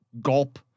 gulp